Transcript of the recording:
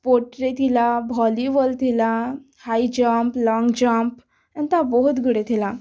ସ୍ପୋର୍ଟସ୍ରେ ଥିଲା ଭଲିବଲ୍ ଥିଲା high jump long jump ଏନ୍ତା ବହୁତ୍ ଗୁଡ଼େ ଥିଲା